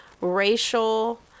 racial